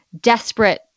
desperate